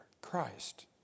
Christ